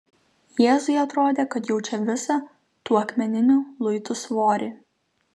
jėzui atrodė kad jaučia visą tų akmeninių luitų svorį